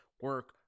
Work